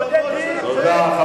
תודה.